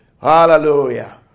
hallelujah